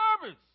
service